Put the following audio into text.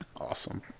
Awesome